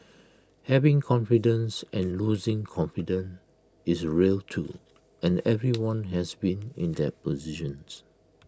having confidence and losing confidence is real too and everyone has been in that positions